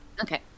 Okay